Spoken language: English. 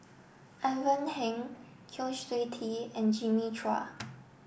Ivan Heng Kwa Siew Tee and Jimmy Chua